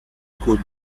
could